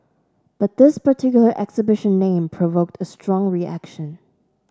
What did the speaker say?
but this particular exhibition name provoked a strong reaction